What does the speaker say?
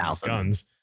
guns